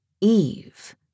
Eve